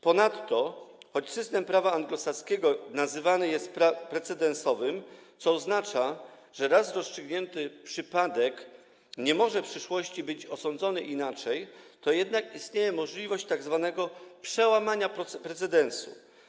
Ponadto choć system prawa anglosaskiego nazywany jest precedensowym, co oznacza, że raz rozstrzygnięty przypadek nie może w przyszłości być osądzony inaczej, to jednak istnieje możliwość tzw. przełamania precedensu.